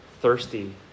thirsty